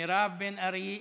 מירב בן ארי,